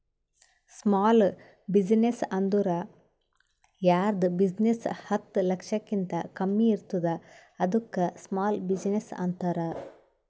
small business ಅಂದುರ್ ಯಾರ್ದ್ business ಹತ್ತ ಲಕ್ಷಕಿಂತಾ ಕಮ್ಮಿ ಇರ್ತುದ್ ಅದ್ದುಕ ಸ್ಮಾಲ್ ಬಿಜಿನೆಸ್ ಅಂತಾರ